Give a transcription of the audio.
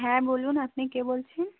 হ্যাঁ বলুন আপনি কে বলছেন